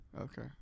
Okay